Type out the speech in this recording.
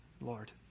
Lord